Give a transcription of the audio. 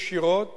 ישירות